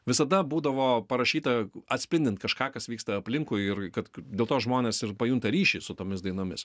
visada būdavo parašyta atspindint kažką kas vyksta aplinkui ir ir kad dėl to žmonės ir pajunta ryšį su tomis dainomis